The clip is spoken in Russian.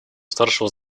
старшего